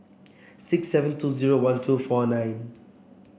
six seven two zero one two four nine